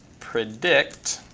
predict